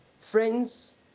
friends